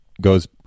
goes